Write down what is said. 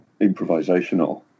improvisational